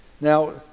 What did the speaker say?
Now